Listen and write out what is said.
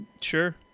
Sure